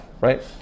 right